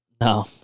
no